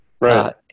Right